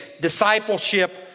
discipleship